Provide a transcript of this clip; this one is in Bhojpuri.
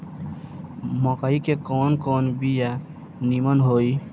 मकई के कवन कवन बिया नीमन होई?